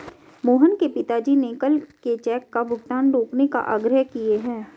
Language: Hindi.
मोहन के पिताजी ने कल के चेक का भुगतान रोकने का आग्रह किए हैं